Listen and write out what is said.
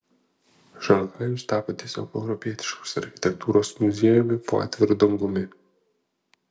šanchajus tapo tiesiog europietiškos architektūros muziejumi po atviru dangumi